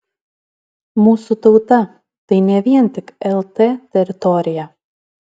mūsų tauta tai ne vien tik lt teritorija